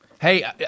Hey